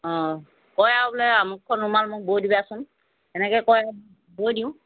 অঁ কয় আৰু বোলে আমাকো একোখন ৰুমাল মোক বৈ দিবাচোন এনেকৈ কয় বৈ দিওঁ